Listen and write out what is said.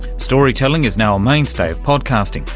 storytelling is now a mainstay of podcasting,